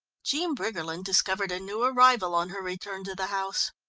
jean briggerland discovered a new arrival on her return to the house.